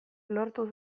lortu